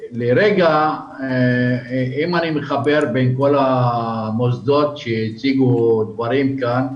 אם אני מחבר בין כל המוסדות שדיברו כאן,